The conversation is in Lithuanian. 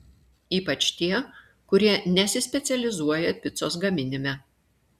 ypač tie kurie nesispecializuoja picos gaminime